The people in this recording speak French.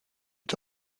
est